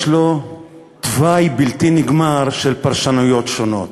לו תוואי בלתי נגמר של פרשנויות שונות.